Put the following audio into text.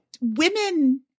women